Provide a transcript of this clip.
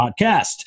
Podcast